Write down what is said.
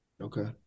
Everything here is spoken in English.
Okay